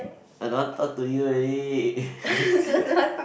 I don't want talk to you already